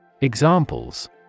Examples